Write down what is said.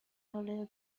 earlier